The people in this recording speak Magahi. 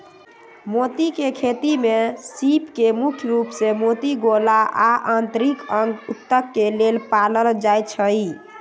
मोती के खेती में सीप के मुख्य रूप से मोती गोला आ आन्तरिक अंग उत्तक के लेल पालल जाई छई